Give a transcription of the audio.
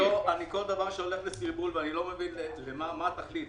אני לא מבין מה התכלית.